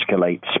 escalates